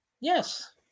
Yes